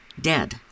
dead